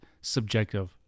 subjective